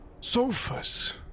sofas